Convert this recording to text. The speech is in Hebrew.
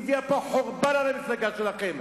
היא הביאה פה חורבן על המפלגה שלכם.